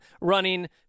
running